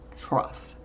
trust